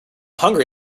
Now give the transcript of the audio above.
hungry